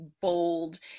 bold